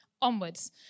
onwards